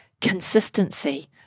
consistency